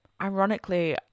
ironically